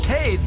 Hey